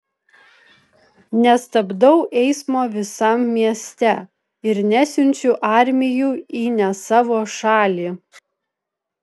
nestabdau eismo visam mieste ir nesiunčiu armijų į ne savo šalį